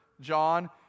John